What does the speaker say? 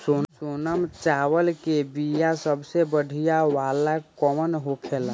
सोनम चावल के बीया सबसे बढ़िया वाला कौन होखेला?